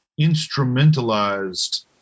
instrumentalized